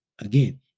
Again